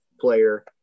player